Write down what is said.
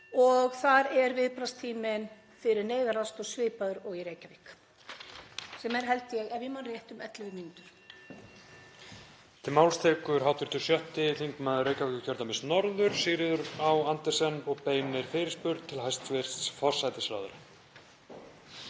og þar er viðbragðstíminn fyrir neyðaraðstoð svipaður og í Reykjavík, sem er, ef ég man rétt, um 11 mínútur.